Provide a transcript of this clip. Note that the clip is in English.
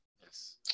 Yes